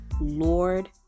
lord